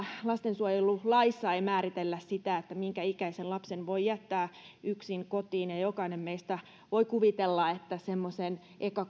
lastensuojelulaissa ei määritellä sitä minkä ikäisen lapsen voi jättää yksin kotiin ja jokainen meistä voi kuvitella että semmoisen